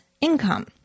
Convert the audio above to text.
income